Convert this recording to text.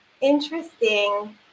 interesting